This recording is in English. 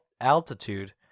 altitude